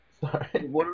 Sorry